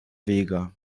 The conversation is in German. vega